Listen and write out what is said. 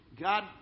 God